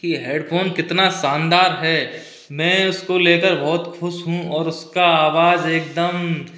की हेडफोन कितना शानदार है मैं उसको लेकर बहुत खुश हूँ और उसका आवाज एकदम